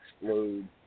explode